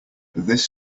this